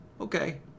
okay